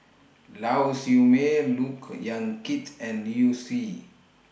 Lau Siew Mei Look Yan Kit and Liu Si